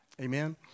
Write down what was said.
Amen